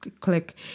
click